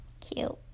cute